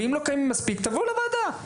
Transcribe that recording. ואם לא קיימים מספיק תבואו לוועדה.